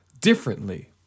differently